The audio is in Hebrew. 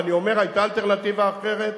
ואני אומר: היתה אלטרנטיבה אחרת,